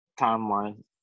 timeline